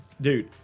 Dude